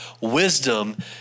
wisdom